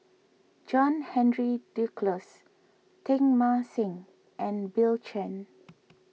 John Henry Duclos Teng Mah Seng and Bill Chen